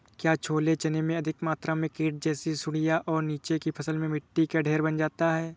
क्या छोले चने में अधिक मात्रा में कीट जैसी सुड़ियां और नीचे की फसल में मिट्टी का ढेर बन जाता है?